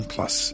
Plus